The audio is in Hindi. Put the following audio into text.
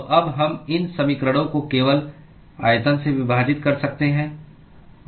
तो अब हम इन समीकरणों को केवल आयतन से विभाजित कर सकते हैं